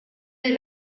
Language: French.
les